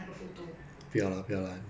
the never take photo of the lid